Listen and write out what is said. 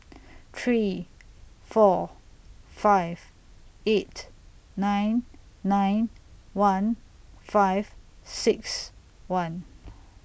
three four five eight nine nine one five six one